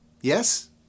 Yes